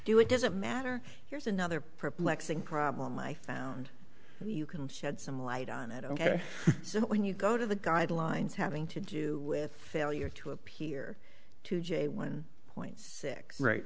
do it doesn't matter here's another perplexing problem i found you can shed some light on it ok so when you go to the guidelines having to do with failure to appear to jay one point six r